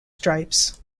stripes